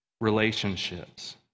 relationships